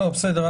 בסדר.